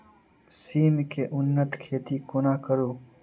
सिम केँ उन्नत खेती कोना करू?